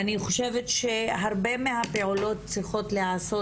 אני חושבת שהרבה מהפעולות צריכות להיעשות,